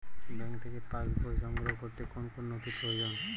Bank থেকে pass বই সংগ্রহ করতে কোন কোন নথি প্রয়োজন?